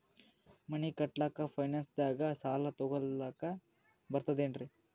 ಮನಿ ಕಟ್ಲಕ್ಕ ಫೈನಾನ್ಸ್ ದಾಗ ಸಾಲ ತೊಗೊಲಕ ಬರ್ತದೇನ್ರಿ?